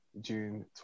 June